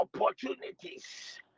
opportunities